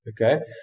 Okay